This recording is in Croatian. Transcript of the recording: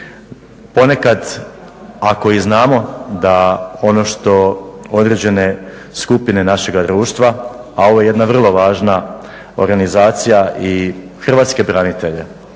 Ponekad ako i znamo da ono što određene skupine našega društva, a ovo je jedna vrlo važna organizacija i Hrvatske branitelje,